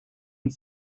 and